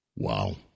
Wow